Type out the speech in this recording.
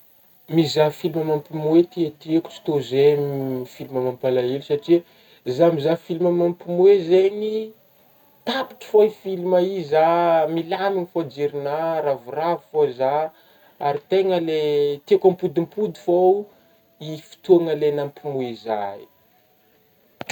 Mizahà film mampihomehy tiatiako tsy tô zegny film mampalahelo satria zah mizahà film mampihomehy zegny tapitra fô i film io zah milamigna fô jerigna, ravoravo fô zah ary tegna le tiako ampodimpody fô i fotôagna le nampihomehy zah i.